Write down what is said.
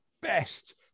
best